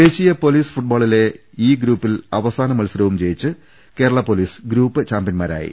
ദേശീയ പൊലീസ് ഫുട്ബോളിൽ ഇ ഗ്രൂപ്പിലെ അവസാന മത്സ രവും ജയിച്ച് കേരള പൊലീസ് ഗ്രൂപ്പ് ചാമ്പ്യൻമാരായി